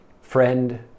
friend